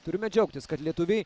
turime džiaugtis kad lietuviai